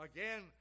Again